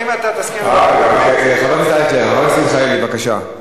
חבר הכנסת מיכאלי, בבקשה.